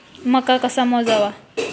मका कसा मोजावा?